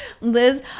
Liz